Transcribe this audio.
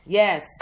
yes